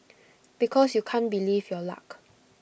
because you can't believe your luck